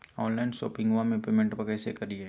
Online शोपिंगबा में पेमेंटबा कैसे करिए?